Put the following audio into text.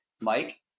Mike